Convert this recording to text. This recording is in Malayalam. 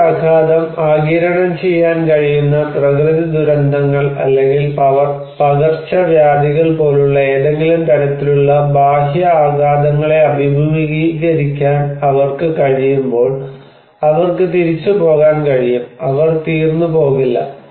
ഈ ആഘാതം ആഗിരണം ചെയ്യാൻ കഴിയുന്ന പ്രകൃതിദുരന്തങ്ങൾ അല്ലെങ്കിൽ പകർച്ചവ്യാധികൾ പോലുള്ള ഏതെങ്കിലും തരത്തിലുള്ള ബാഹ്യ ആഘാതങ്ങളെ അഭിമുഖീകരിക്കാൻ അവർക്ക് കഴിയുമ്പോൾ അവർക്ക് തിരിച്ച് പോകാൻ കഴിയും അവർ തീർന്നു പോകില്ല